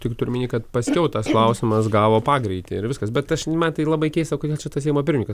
tik turiu omeny kad paskiau tas klausimas gavo pagreitį ir viskas bet aš man tai labai keista kodėl čia tas seimo pirmininkas